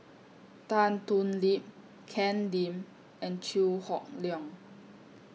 Tan Thoon Lip Ken Lim and Chew Hock Leong